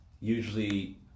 usually